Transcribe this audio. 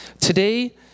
Today